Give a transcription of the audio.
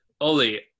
Oli